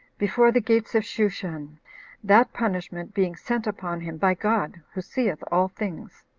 before the gates of shushan that punishment being sent upon him by god, who seeth all things.